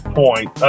point